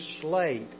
slate